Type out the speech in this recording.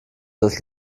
das